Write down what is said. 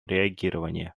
реагирования